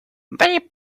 they